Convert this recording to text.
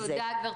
תודה, גברתי.